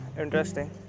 interesting